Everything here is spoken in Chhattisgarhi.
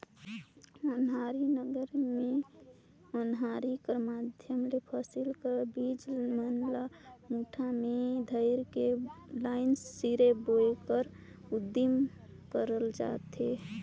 ओनारी नांगर मे ओनारी कर माध्यम ले फसिल कर बीज मन ल मुठा मे धइर के लाईन सिरे बुने कर उदिम करल जाथे